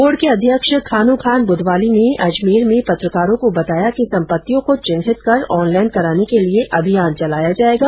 board के अध्यक्ष खानुखान बुधवाली ने अजमेर में पत्रकारों को बताया कि संपत्तियों को चिन्हित कर ऑनलाइन कराने के लिए अभियान चलाया जाएगा